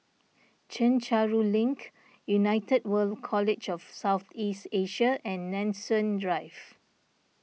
Chencharu Link United World College of South East Asia and Nanson Drive